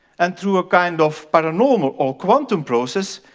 and through a kind of paranormal or quantum process,